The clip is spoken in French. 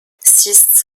six